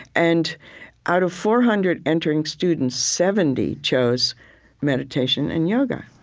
and out of four hundred entering students, seventy chose meditation and yoga.